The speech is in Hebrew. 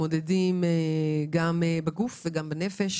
שמתמודדים עם פגיעות קשות מאוד בגוף וגם בנפש.